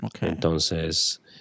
Entonces